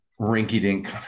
rinky-dink